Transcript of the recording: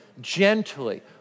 gently